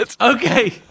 Okay